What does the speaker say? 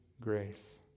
grace